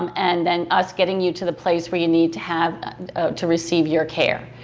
um and then us getting you to the place where you need to have to receive your care.